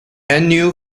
annual